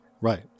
right